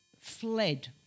fled